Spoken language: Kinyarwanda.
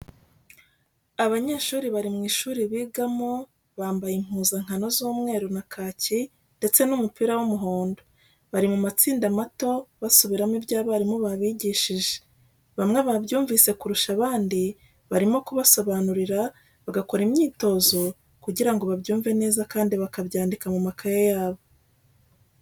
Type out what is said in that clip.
Abanyeshuri bari mu ishuri bigamo bambaye impuzankano z'umweru na kaki ndetse umupira w'umuhondo, bari mu matsinda mato basubiramo ibyo abarimu babigishije, bamwe babyumvise kurusha abandi barimo kubasobanurira bagakora imyitozo kugira ngo babyumve neza kandi bakabyandika mu makaye yabo.